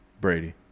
Brady